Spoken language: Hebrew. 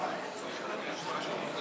אין נמנעים.